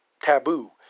taboo